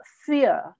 fear